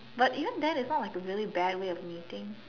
but even then it's not like a really bad way of meeting